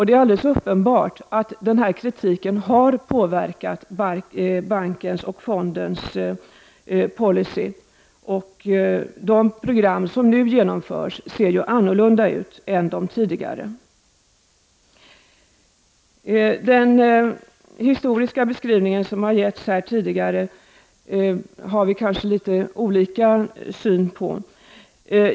Det är alldeles uppenbart att denna kritik har påverkat bankens och fondens policy. De program som nu genomförs ser annorlunda ut än de tidigare. Den historiska beskrivning som tidigare har getts har vi kanske litet olika syn på.